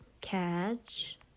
Catch